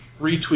retweet